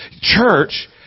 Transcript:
Church